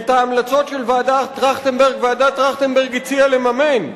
את ההמלצות של ועדת-טרכטנברג ועדת-טרכטנברג הציעה לממן,